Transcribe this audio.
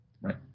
Right